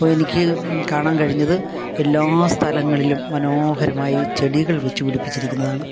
അപ്പോൾ എനിക്ക് കാണാൻ കഴിഞ്ഞത് എല്ലാ സ്ഥലങ്ങളിലും മനോഹരമായി ചെടികൾ വച്ച് പിടിപ്പിച്ചിരിക്കുന്നതാണ്